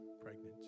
pregnant